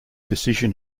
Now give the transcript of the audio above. decision